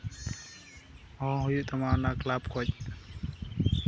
ᱦᱚᱸ ᱦᱩᱭᱩᱜ ᱛᱟᱢᱟ ᱚᱱᱟ ᱠᱞᱟᱵᱽ ᱠᱷᱚᱡ